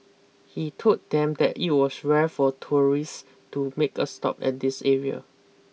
he told them that it was rare for tourist to make a stop at this area